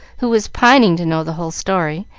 who was pining to know the whole story,